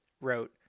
wrote